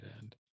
end